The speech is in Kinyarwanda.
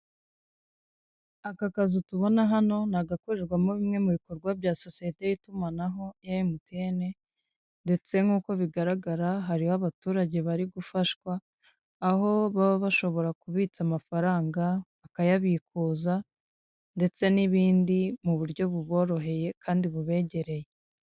Aka kazu tubona hano, ni agakorerwamo bimwe mu bikorwa bya sosiyete y'itumanaho ya MTN, ndetse nk'uko bigaragara hariho abaturage bari gufashwa, aho baba bashobora kubitsa amafaranga, bakayabikuza, ndetse n'ibindi, mu buryo buboroheye kandi bubegereye.